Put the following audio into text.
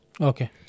Okay